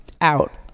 Out